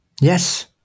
Yes